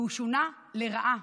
והוא שונה לרעה,